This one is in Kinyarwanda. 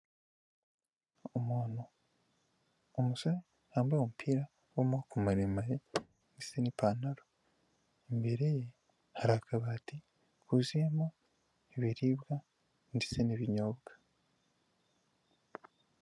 Umuntu, umusore wambaye umupira wa maboko maremare ndetse n'ipantaro, imbere ye hari akabati kuzuyemo ibiribwa ndetse n'ibinyobwa.